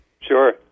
Sure